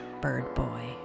birdboy